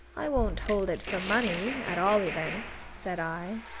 i won't hold it for money, at all events, said i.